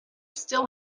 still